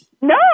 No